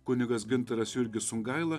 kunigas gintaras jurgis sungaila